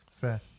fair